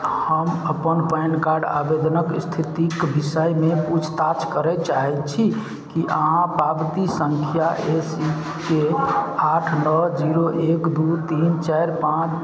हम अपन PAN card आवेदनके इस्थितिके विषयमे पूछताछ करै चाहै छी कि अहाँ पावती सँख्या ए सी के आठ नओ जीरो एक दइ तीन चारि पाँच